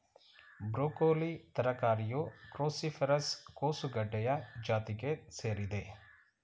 broccoli ತರಕಾರಿಯು cruciferous ಕೋಸುಗಡ್ಡೆಯ ಜಾತಿಗೆ ಸೇರಿದೆ